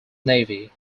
navy